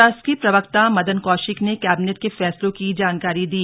शासकीय प्रवक्ता मदन कौशिक ने कैबिनेट के फैसलों की जानकारी दी